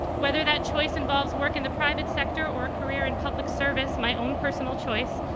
whether that choice involves work in the private sector or a career in public service, my own personal choice,